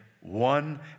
one